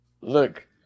Look